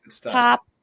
top